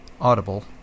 audible